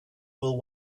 will